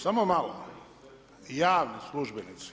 Samo malo, javni službenici.